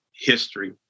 history